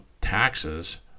taxes